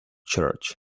church